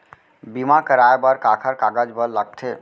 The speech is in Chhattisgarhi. बीमा कराय बर काखर कागज बर लगथे?